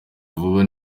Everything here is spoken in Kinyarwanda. vuba